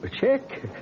check